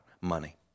money